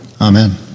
Amen